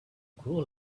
grow